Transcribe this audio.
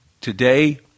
Today